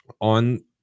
on